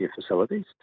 facilities